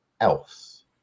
else